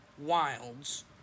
wilds